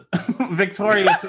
Victoria